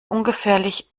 ungefährlich